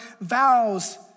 vows